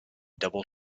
double